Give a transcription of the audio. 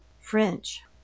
French